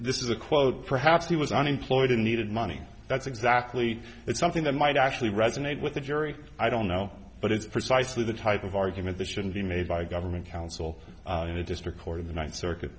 this is a quote perhaps he was unemployed and needed money that's exactly it something that might actually resonate with the jury i don't know but it's precisely the type of argument that shouldn't be made by a government counsel in a district court of the ninth circuit